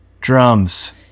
drums